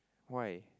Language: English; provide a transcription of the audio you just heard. why